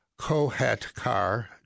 Kohatkar